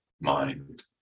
mind